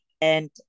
And-